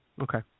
Okay